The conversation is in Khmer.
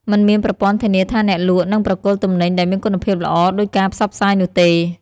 មិនមានប្រព័ន្ធធានាថាអ្នកលក់នឹងប្រគល់ទំនិញដែលមានគុណភាពល្អដូចការផ្សព្វផ្សាយនោះទេ។